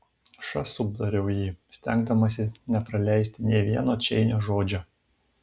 ša subariau jį stengdamasi nepraleisti nė vieno čeinio žodžio